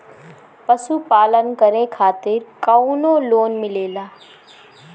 पशु पालन करे खातिर काउनो लोन मिलेला?